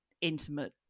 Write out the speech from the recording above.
intimate